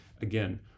again